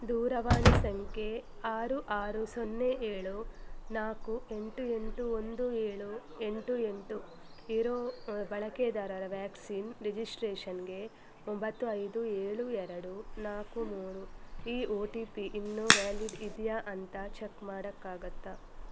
ದೂರವಾಣಿ ಸಂಖ್ಯೆ ಆರು ಆರು ಸೊನ್ನೆ ಏಳು ನಾಲ್ಕು ಎಂಟು ಎಂಟು ಒಂದು ಏಳು ಎಂಟು ಎಂಟು ಇರೋ ಬಳಕೆದಾರರ ವ್ಯಾಕ್ಸಿನ್ ರಿಜಿಸ್ಟ್ರೇಷನ್ಗೆ ಒಂಬತ್ತು ಐದು ಏಳು ಎರಡು ನಾಲ್ಕು ಮೂರು ಈ ಒ ಟಿ ಪಿ ಇನ್ನೂ ವ್ಯಾಲಿಡ್ ಇದೆಯಾ ಅಂತ ಚೆಕ್ ಮಾಡೋಕ್ಕಾಗತ್ತಾ